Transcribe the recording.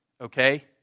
okay